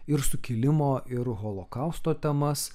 ir sukilimo ir holokausto temas